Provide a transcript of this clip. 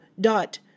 dot